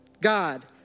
God